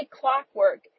clockwork